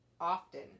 often